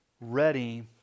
ready